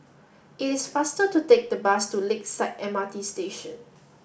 it is faster to take the bus to Lakeside M R T Station